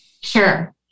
Sure